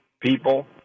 people